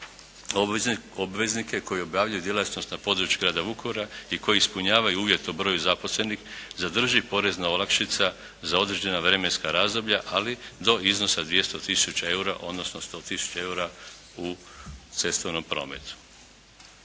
obveznike koji obavljaju djelatnost na području grada Vukovara i koji ispunjavaju uvjet o broju zaposlenih zadrži porezna olakšica za određena vremenska razdoblja ali do iznosa od 200 tisuća EUR-a odnosno 100 tisuća EUR-a u cestovnom prometu.